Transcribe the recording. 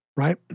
Right